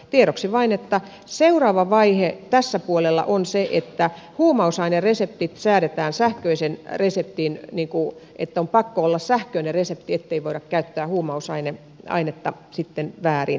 tiedoksi vain että seuraava vaihe tällä puolella on se että huumausainereseptit säädetään sähköiseen reseptiin että on pakko olla sähköinen resepti ettei voida käyttää huumausainetta sitten väärin